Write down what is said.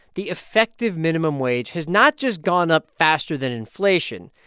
the effective minimum wage has not just gone up faster than inflation.